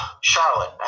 Charlotte